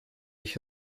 ich